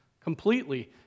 completely